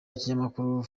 ikinyamakuru